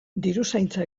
diruzaintza